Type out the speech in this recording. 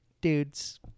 dudes